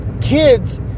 kids